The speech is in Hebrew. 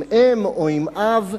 עם אם או עם אב,